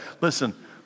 Listen